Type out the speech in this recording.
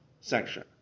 section